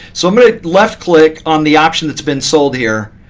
so i'm going to left click on the option that's been sold here.